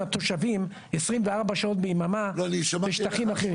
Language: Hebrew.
התושבים 24 שעות ביממה בשטחים אחרים.